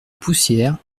poussière